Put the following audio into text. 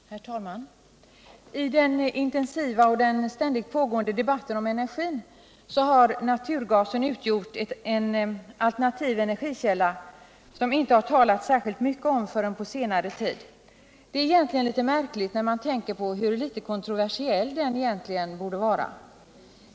Herr talman! I den intensiva och ständigt pågående debatten om energin har naturgasen utgjort en alternativ energikälla som det inte har talats särskilt mycket om förrän på senare tid. Det är egentligen litet märkligt när man tänker på hur litet kontroversiell den borde vara.